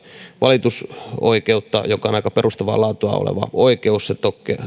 valitusoikeutta joka on aika perustavaa laatua oleva oikeus se